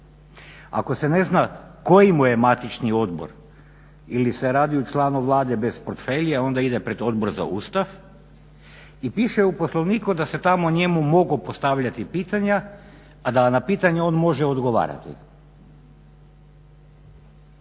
Ako se ne zna koji mu je matični odbor ili se radi o članu Vlade bez …/Govornik se ne razumije./… onda ide pred Odbor za Ustav. I piše u Poslovniku da se tamo njemu mogu postavljati pitanja a da na pitanja on može odgovarati.